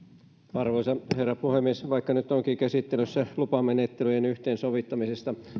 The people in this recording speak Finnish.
arvoisa herra puhemies vaikka nyt onkin käsittelyssä lupamenettelyjen yhteensovittamisesta